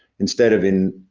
instead of in,